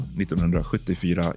1974